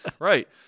Right